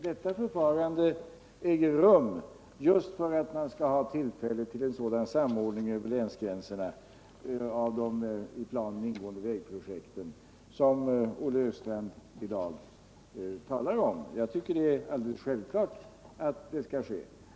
Detta förfarande äger rum just för att man skall ha tillfälle till en sådan samordning över länsgränserna av de i planen ingående vägprojekten som Olle Östrand i dag talar om. Jag tycker att det är alldeles självklart att det skall ske.